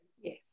Yes